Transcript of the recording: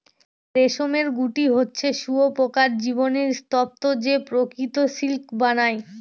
রেশমের গুটি হচ্ছে শুঁয়োপকার জীবনের স্তুপ যে প্রকৃত সিল্ক বানায়